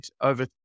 over